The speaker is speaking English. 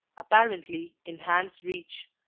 apparently in hand's reach.